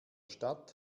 stadt